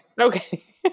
Okay